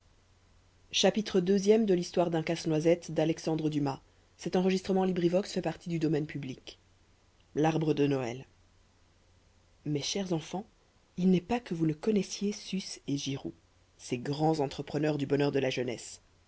mes chers enfants il n'est pas que vous ne connaissiez susse et giroux ces grands entrepreneurs du bonheur de la jeunesse